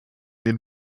den